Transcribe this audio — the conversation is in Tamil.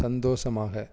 சந்தோஷமாக